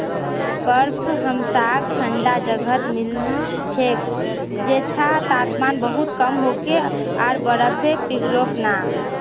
बर्फ हमसाक ठंडा जगहत मिल छेक जैछां तापमान बहुत कम होके आर बर्फ पिघलोक ना